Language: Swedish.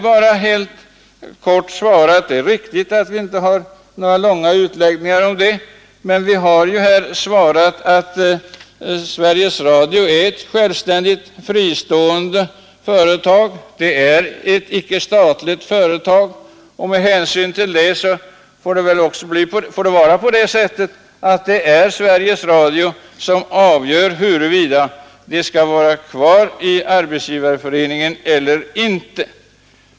Det är riktigt att vi inte har några långa utläggningar om detta, utan vi har helt kort svarat att Sveriges Radio är ett självständigt och fristående, icke statligt företag. Därför är det Sveriges Radio som avgör huruvida man skall vara kvar i arbetsgivareföreningen eller inte.